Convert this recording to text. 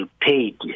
paid